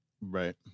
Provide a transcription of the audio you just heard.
Right